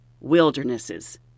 wildernesses